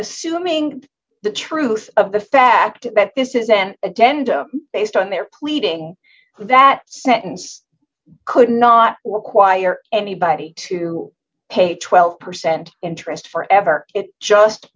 assuming the truth of the fact that this is an agenda based on their pleading that sentence could not require anybody to pay twelve percent interest forever it just